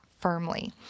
firmly